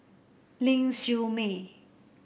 Ling Siew May